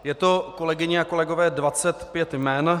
Je to, kolegyně a kolegové, 25 jmen.